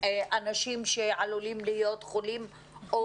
אנשים שעלולים להיות חולים.